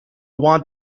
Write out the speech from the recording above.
want